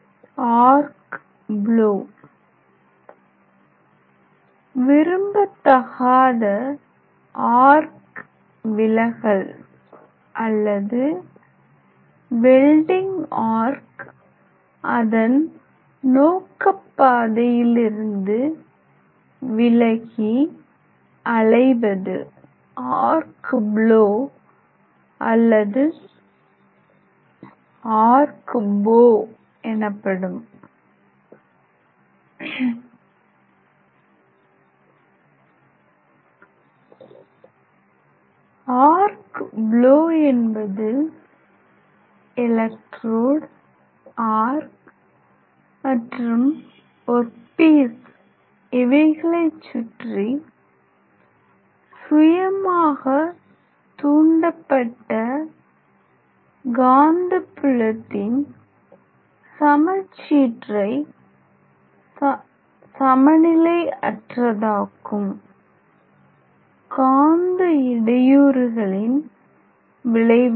arc blow விரும்பத்தகாத arc விலகல் அல்லது வெல்டிங் ஆர்க் அதன் நோக்க பாதையிலிருந்து விலகி அலைவது ஆர்க் ப்லோ அல்லது ஆர்க் போ எனப்படும் ஆர்க் ப்லோ என்பது எலெக்ட்ரோடு ஆர்க் மற்றும் ஒர்க் பீஸ் இவைகளை சுற்றி சுயமாக தூண்டப்பட்ட காந்தப்புலத்தின் சமசீற்றை சமநிலையற்றதாக்கும் காந்த இடையூறுகளின் விளைவாகும்